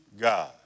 God